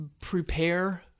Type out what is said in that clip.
prepare